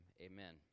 amen